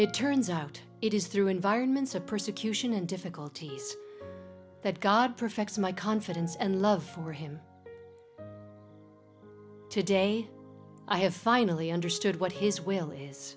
it turns out it is through environments of persecution and difficulties that god perfect my confidence and love for him today i have finally understood what his will is